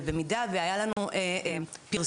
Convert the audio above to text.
במידה והיה לנו פרסום